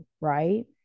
right